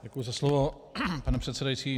Děkuji za slovo, pne předsedající.